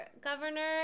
governor